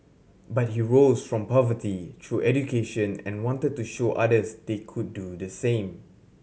but he rose from poverty through education and wanted to show others they could do the same